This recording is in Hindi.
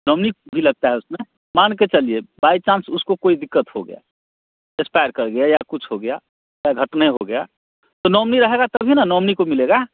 नॉमनी भी लगता है उसमें मान के चलिए बाइ चांस उसको कोई दिक्कत हो गयाई एस्पायर कर गया या कुछ हो गया चाहे घटना हो गई तो नॉमनी रहेगा तभी ना नॉमनी को मिलेगा